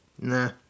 Nah